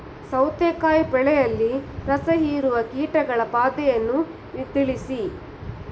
ಸೌತೆಕಾಯಿ ಬೆಳೆಯಲ್ಲಿ ರಸಹೀರುವ ಕೀಟಗಳ ಬಾಧೆಯನ್ನು ತಿಳಿಸಿ?